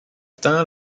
temps